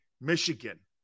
Michigan